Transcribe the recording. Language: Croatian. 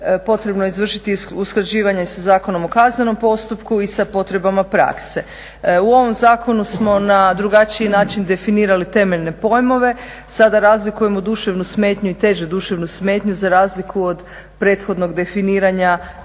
Potrebno je izvršiti usklađivanje sa Zakonom o kaznenom postupku i sa potrebama prakse. U ovom zakonu smo na drugačiji način definirali temeljene pojmove. Sada razlikujemo duševnu smetnju i teže duševnu smetnju za razliku od prethodnog definiranja osobe